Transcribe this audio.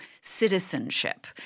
citizenship